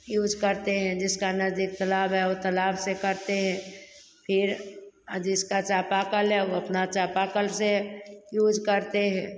use करते हैं जिसका नजदीक तालाब है वो तालाब से करते हैं फिर जिसका चापाकल है वो अपना चापाकल से यूज़ करते है